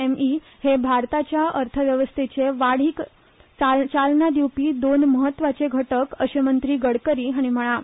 एमई हे भारताच्या अर्थवेवस्थेचे वाढीक चालना दिवपी दोन म्हात्वाचे घटक अशें मंत्री गडकरी हाणी म्हळा